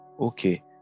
okay